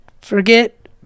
Forget